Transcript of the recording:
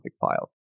file